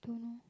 don't know